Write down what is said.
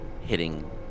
hitting